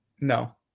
no